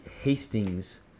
Hastings